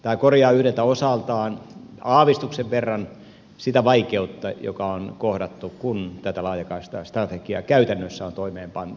tämä korjaa yhdeltä osaltaan aavistuksen verran sitä vaikeutta joka on kohdattu kun tätä laajakaistastrategiaa käytännössä on toimeenpantu